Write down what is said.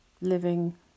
living